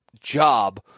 job